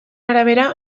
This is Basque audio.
arabera